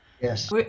yes